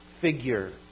figure